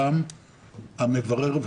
גם המברר.